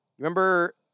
Remember